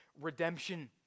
redemption